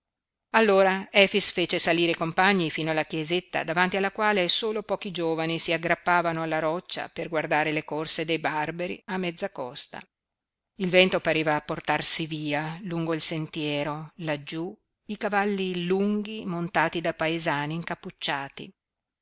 passato allora efix fece salire i compagni fino alla chiesetta davanti alla quale solo pochi giovani si aggrappavano alla roccia per guardare le corse dei barberi a mezza costa il vento pareva portarsi via lungo il sentiero laggiú i cavalli lunghi montati da paesani incappucciati